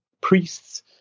Priests